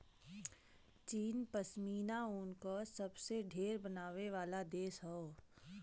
चीन पश्मीना ऊन क सबसे ढेर बनावे वाला देश हौ